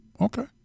Okay